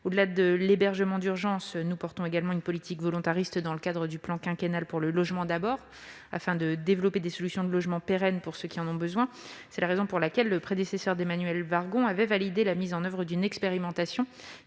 Au-delà de l'hébergement d'urgence, nous portons une politique volontariste dans le cadre du plan quinquennal pour le logement d'abord, afin de développer des solutions pérennes pour ceux de nos concitoyens qui en ont besoin. C'est la raison pour laquelle le prédécesseur d'Emmanuelle Wargon avait validé la mise en oeuvre d'une expérimentation